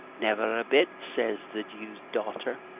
never a bit, says the jew's daughter,